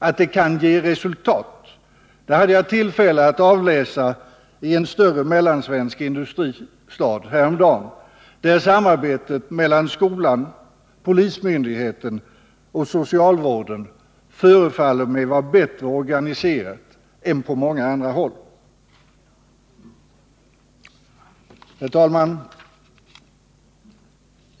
Att det kan ge resultat hade jag tillfälle att avläsa i en större mellansvensk industristad häromdagen, där samarbetet mellan skolan, polismyndigheten och socialvården förefaller mig vara bättre organiserat än på många andra håll. Herr talman!